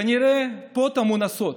כנראה פה טמון הסוד.